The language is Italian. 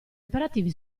operativi